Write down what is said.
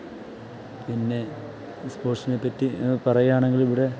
പിന്നെ ഈ സ്പോർട്സിനെ പറ്റി പറയുകയാണെങ്കിലിവിടെ